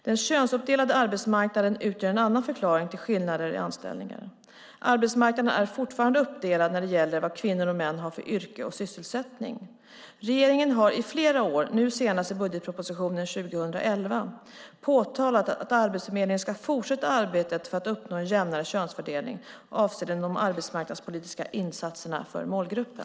Den könsuppdelade arbetsmarknaden utgör en annan förklaring till skillnader i anställningar. Arbetsmarknaden är fortfarande uppdelad när det gäller vad kvinnor och män har för yrke och sysselsättning. Regeringen har i flera år, nu senast i budgetpropositionen 2011, påtalat att Arbetsförmedlingen ska fortsätta arbetet för att uppnå en jämnare könsfördelning avseende de arbetsmarknadspolitiska insatserna för målgruppen.